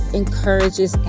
encourages